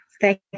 Thank